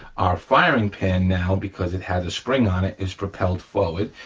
our firing pin now, because it has a spring on it, is propelled forward,